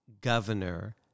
governor